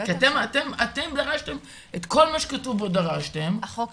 כי אתם דרשתם את כל מה שכתוב בו -- אני לא מבינה,